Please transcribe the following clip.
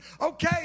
Okay